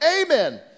Amen